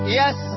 yes